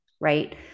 Right